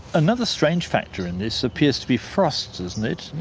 another strange factor in this appears to be frosts, isn't it,